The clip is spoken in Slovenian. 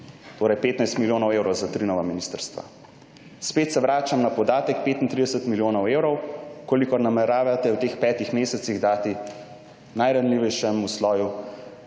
Torej, 15 milijonov evrov za 3 nova ministrstva. Spet se vračam na podatek 35 milijonov evrov, kolikor nameravate v teh 5 mesecih dati najranljivejšemu sloju